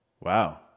Wow